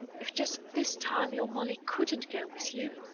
if just this time your molly couldn't go with you?